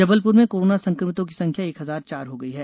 जबलपुर में कोरोना संक्रमितों की संख्या एक हजार चार हो गई है